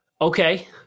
Okay